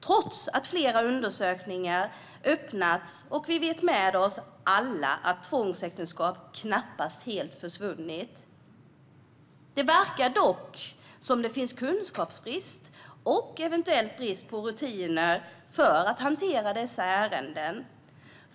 trots att flera undersökningar öppnats och att vi alla vet med oss att tvångsäktenskap knappast helt har försvunnit. Det verkar dock som att det finns kunskapsbrist och eventuellt en brist på rutiner för att hantera dessa ärenden.